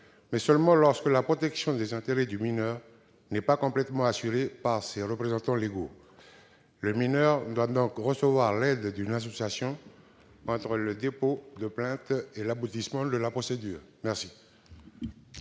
que lorsque la protection des intérêts du mineur n'est pas complètement assurée par ses représentants légaux. Le mineur doit donc recevoir l'aide d'une association entre le dépôt de plainte et l'aboutissement de la procédure. Quel